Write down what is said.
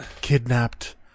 kidnapped